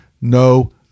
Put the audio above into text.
no